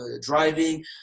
driving